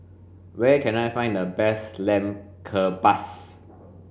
where can I find the best Lamb Kebabs